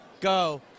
go